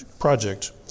project